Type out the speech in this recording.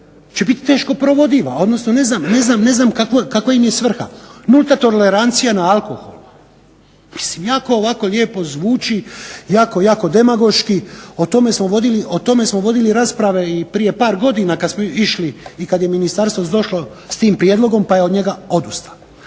će biti teško provodiv, odnosno ne znam kakva im je svrha, nulta tolerancija na alkohol. Mislim jako ovako lijepo zvuči, jako demagoški. O tome smo vodili rasprave i prije par godina kad smo išli i kad je ministarstvo došlo s tim prijedlogom pa je od njega odustalo.